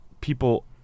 people